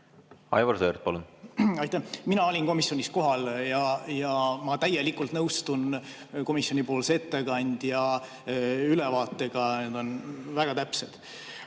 Aivar Sõerd, palun! Aitäh! Mina olin komisjonis kohal ja ma täielikult nõustun komisjonipoolse ettekandja ülevaatega. See on väga täpne.